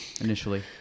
initially